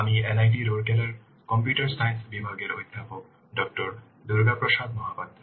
আমি NIT রৌরকেলার computer science বিভাগের অধ্যাপক ডঃ দুর্গাপ্রসাদ মহাপাত্র